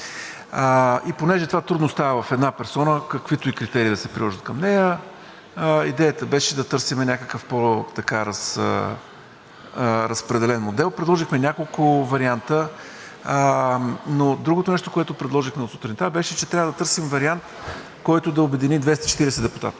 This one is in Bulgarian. като това трудно става в една персона, каквито и критерии да се приложат към нея, идеята беше да търсим някакъв по-разпределен модел, предложихме няколко варианта. Другото нещо, което предложихме от сутринта, беше, че трябва да търсим вариант, който да обедини 240 депутати,